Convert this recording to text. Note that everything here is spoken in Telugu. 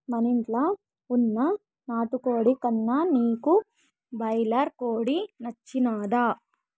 మనింట్ల వున్న నాటుకోడి కన్నా నీకు బాయిలర్ కోడి నచ్చినాదా